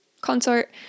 Consort